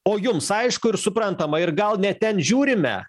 o jums aišku ir suprantama ir gal ne ten žiūrime